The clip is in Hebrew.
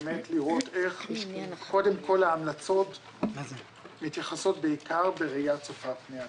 באמת לראות איך קודם כל ההמלצות מתייחסות בעיקר בראיית צופה פני עתיד.